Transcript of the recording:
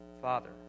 Father